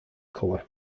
colour